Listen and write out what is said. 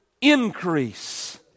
increase